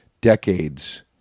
decades